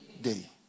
day